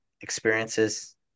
experiences